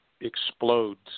explodes